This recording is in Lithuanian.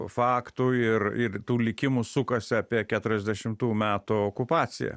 faktų ir ir tų likimų sukasi apie keturiasdešimtų metų okupacija